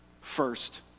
first